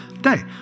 day